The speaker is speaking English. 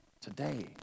today